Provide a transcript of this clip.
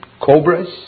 cobras